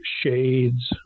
shades